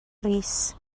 rees